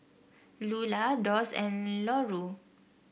Lula Doss and Larue